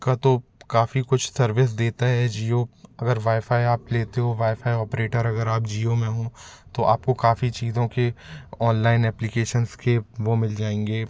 का तो काफ़ी कुछ सर्विस देता है जियो अगर वायफाय आप लेते हो वायफाय ऑपरेटर अगर आप जिओ में हो तो आप को काफ़ी चीज़ों के ऑनलाइन एप्लीकेशंस के वो मिल जाएंगे